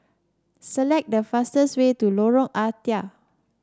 select the fastest way to Lorong Ah Thia